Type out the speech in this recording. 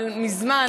אבל מזמן,